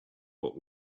what